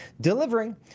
delivering